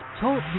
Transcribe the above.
Talk